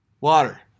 Water